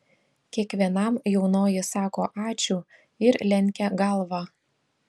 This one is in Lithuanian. kiekvienam jaunoji sako ačiū ir lenkia galvą